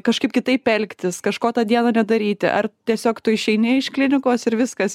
kažkaip kitaip elgtis kažko tą dieną nedaryti ar tiesiog tu išeini iš klinikos ir viskas